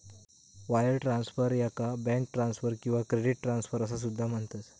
wire transfer, याका bank transfer किंवा credit transfer असा सुद्धा म्हणतत